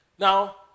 Now